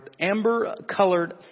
amber-colored